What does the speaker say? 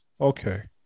Okay